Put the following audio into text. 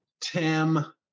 Tim